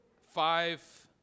Five